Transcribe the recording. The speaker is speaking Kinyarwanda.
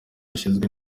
ushinzwe